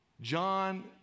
John